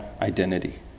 identity